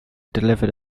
delivered